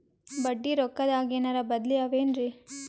ಬಡ್ಡಿ ರೊಕ್ಕದಾಗೇನರ ಬದ್ಲೀ ಅವೇನ್ರಿ?